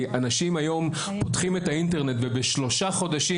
אנשים היום פותחים את האינטרנט ותוך שלושה חודשים